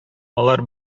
алар